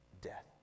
death